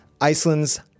Iceland's